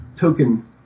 token